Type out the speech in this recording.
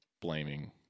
blaming